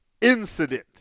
incident